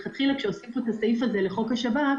כשהוסיפו את הסעיף הזה לחוק השב"כ,